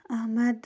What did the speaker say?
Ahmad